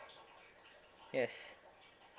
yes